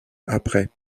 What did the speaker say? après